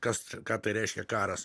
kas ką tai reiškia karas